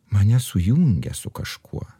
mane sujungia su kažkuo